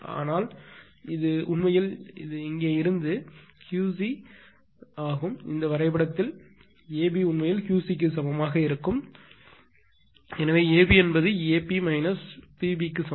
ஆனால் இது உண்மையில் இங்கே இருந்து இங்கே QC ஆகும் இந்த வரைபடத்தில் AB உண்மையில் QC க்கு சமமாக இருக்கும் எனவே AB என்பது AP மைனஸ் PB க்கு சமம்